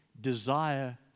desire